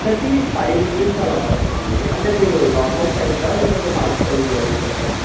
ఒకటి five rupees అలా పడుతుంది అంటే మీరు నార్మల్ సైజ్దా లేకపోతే లార్జ్ సైజ్ అడుగుతున్నారా